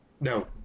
No